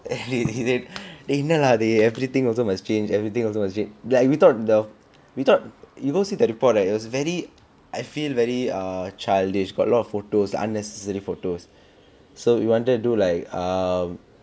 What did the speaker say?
and he did they know lah they everything also must change everything also must change like we thought the we thought you go see the report right it was very I feel very err childish got a lot of photos unnecessary photos so you wanted to do like um